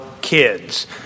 kids